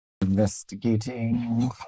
Investigating